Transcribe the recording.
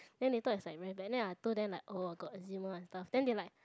then they thought it's very bad then I told them like oh got eczema and stuff then they like